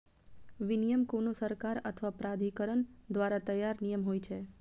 विनियम कोनो सरकार अथवा प्राधिकरण द्वारा तैयार नियम होइ छै